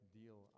deal